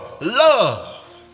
love